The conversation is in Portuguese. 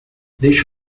deixe